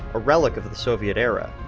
a relic of the soviet era.